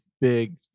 big